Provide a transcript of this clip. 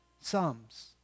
sums